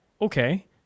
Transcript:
okay